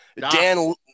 Dan